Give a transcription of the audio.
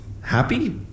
happy